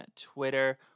Twitter